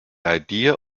idea